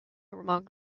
among